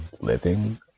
living